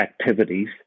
activities